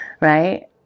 right